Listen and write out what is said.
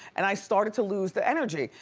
and i started to lose the energy.